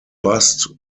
bust